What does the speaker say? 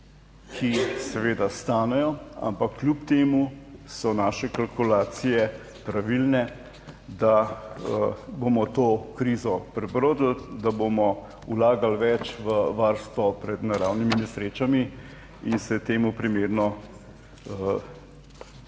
ki seveda stanejo, ampak kljub temu so naše kalkulacije pravilne, da bomo to krizo prebrodili, da bomo vlagali več v varstvo pred naravnimi nesrečami in se temu primerno zavarovali.